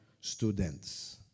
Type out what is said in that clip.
students